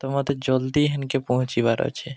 ତ ମୋତେ ଜଲ୍ଦି ହେନ୍କେ ପହଞ୍ଚିବାର ଅଛେ